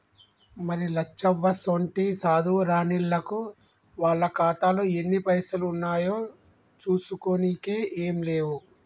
మరి లచ్చవ్వసోంటి సాధువు రానిల్లకు వాళ్ల ఖాతాలో ఎన్ని పైసలు ఉన్నాయో చూసుకోనికే ఏం లేవు